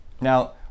Now